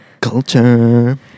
culture